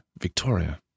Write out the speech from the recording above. Victoria